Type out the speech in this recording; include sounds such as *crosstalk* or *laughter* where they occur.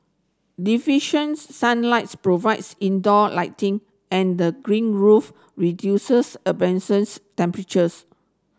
deficient *unintelligible* sunlight's provides indoor lighting and the green roof reduces *unintelligible* temperatures